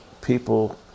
people